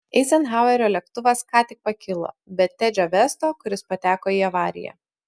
eizenhauerio lėktuvas ką tik pakilo be tedžio vesto kuris pateko į avariją